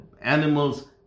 Animals